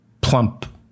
plump